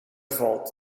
valt